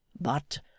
But